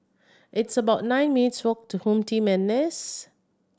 it's about nine minutes' walk to HomeTeam N S